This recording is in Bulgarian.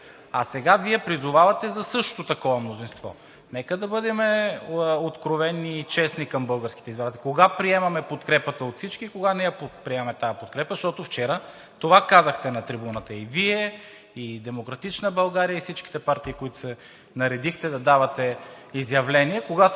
„Не съм казала такова нещо.“) Нека да бъдем откровени и честни към българските избиратели – кога приемаме подкрепата от всички и кога не я приемаме тази подкрепа. Защото вчера това казахте на трибуната – и Вие, и „Демократична България“, и всичките партии, които се наредихте да давате изявления, когато